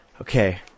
Okay